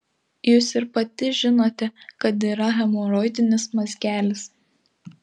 jūs ir pati žinote kad yra hemoroidinis mazgelis